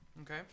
Okay